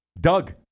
Doug